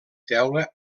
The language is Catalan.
teula